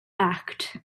act